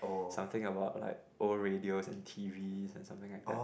something about old radios and T_Vs and something like that